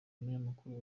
umunyamakuru